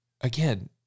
Again